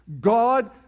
God